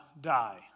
die